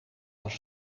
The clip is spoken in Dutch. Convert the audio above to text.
was